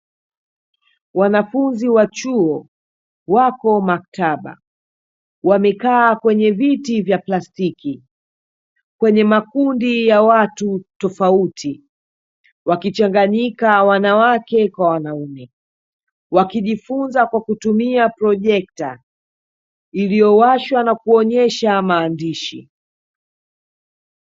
Wanafunzi wa chuo wako maktaba wamekaa kwenye viti vya plastiki kwenye makundi ya watu tofauti wakichanganyika wanawake kwa wanaume wakijifunza kwa kutumia projecta iliyowashwa na kuonyesha maandishi.